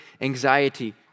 anxiety